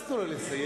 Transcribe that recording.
אז תנו לו לסיים.